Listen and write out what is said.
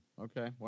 Okay